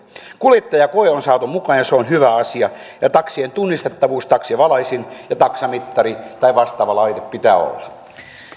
kuljettajakoe on saatu mukaan ja se on hyvä asia taksien tunnistettavuus taksivalaisin ja taksamittari tai vastaava laite pitää olla